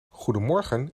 goedemorgen